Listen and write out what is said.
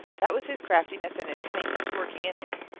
that was his craftiness and his cunningness working in him.